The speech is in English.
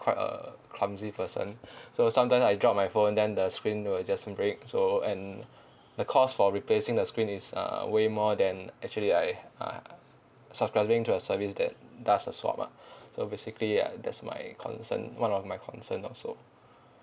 quite a clumsy person so sometimes I drop my phone then the screen will just break so and the cost for replacing the screen is uh way more than actually I uh subscribing to a service that does a swap ah so basically ya that's my concern one of my concern also